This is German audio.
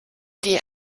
die